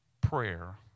prayer